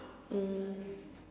mm